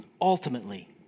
ultimately